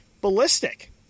ballistic